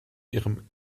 ihrem